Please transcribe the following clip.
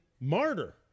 Martyr